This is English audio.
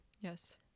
yes